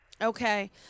Okay